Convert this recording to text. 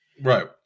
right